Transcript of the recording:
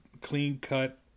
clean-cut